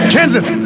Kansas